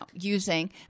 using